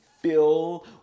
fill